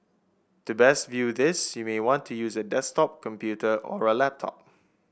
to best view this you may want to use a desktop computer or a laptop